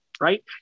right